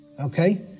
okay